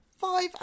five